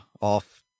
off